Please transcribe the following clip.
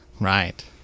right